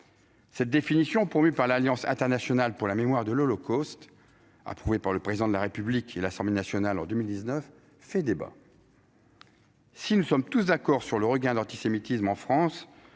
Cette définition promue par l'Alliance internationale pour la mémoire de l'Holocauste, approuvée par le Président de la République et par l'Assemblée nationale en 2019, fait débat. Si nous sommes tous d'accord sur le regain que connaît en France